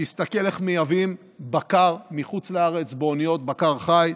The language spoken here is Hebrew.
שיסתכל איך מייבאים בקר מחוץ לארץ באוניות בקר חי,